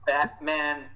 Batman